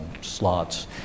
slots